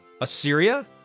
Assyria